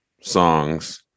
songs